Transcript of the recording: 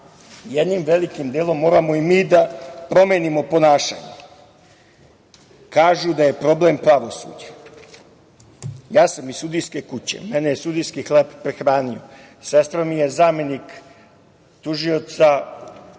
jednim velikim delom moramo i mi da promenimo ponašanje. Kažu, da je problem pravosuđe. Ja sam iz sudijske kuće. Mene je sudijski hleb prehranio. Sestra mi je zamenik tužioca